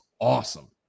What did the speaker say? awesome